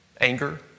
anger